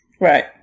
Right